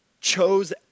chose